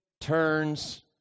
turns